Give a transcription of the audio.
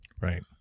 right